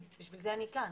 בשביל זה אני כאן.